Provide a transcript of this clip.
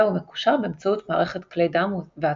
הוא מקושר באמצעות מערכת כלי דם ועצבים.